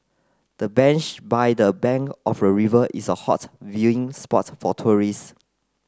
the bench by the bank of the river is a hot viewing spot for tourist